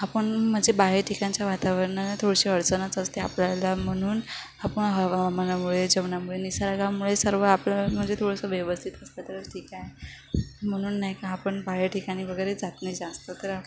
आपण म्हणजे बाहेर ठिकाणच्या वातावरणाला थोडीशी अडचणच असते आपल्याला म्हणून आपण हवामानामुळे जेवणामुळे निसर्गामुळे सर्व आपल्या म्हणजे थोडंसं व्यवस्थित असतं तरच ठीक आहे म्हणून नाही का आपण बाहेर ठिकाणी वगैरे जात नाही जास्त तर